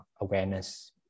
awareness